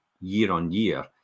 year-on-year